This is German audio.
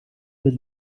mit